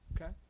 Okay